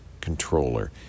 Controller